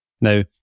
now